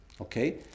Okay